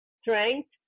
strength